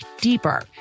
deeper